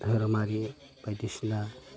धोरोमारि बायदिसिना बुहुथ